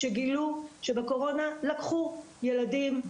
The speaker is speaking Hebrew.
לקחו ילדים,